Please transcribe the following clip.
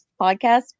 podcast